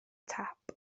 tap